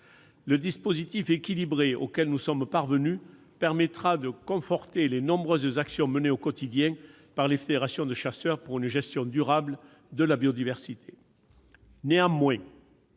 Le dispositif équilibré auquel nous sommes parvenus permettra de conforter les nombreuses actions menées au quotidien par les fédérations de chasseurs pour une gestion durable de la biodiversité. Néanmoins,